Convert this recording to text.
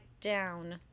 down